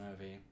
movie